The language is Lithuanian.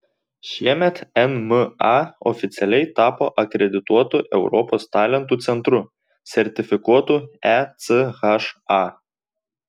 šiemet nma oficialiai tapo akredituotu europos talentų centru sertifikuotu echa